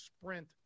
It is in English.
sprint